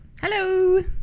Hello